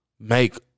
Make